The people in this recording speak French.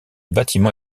bâtiment